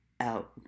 out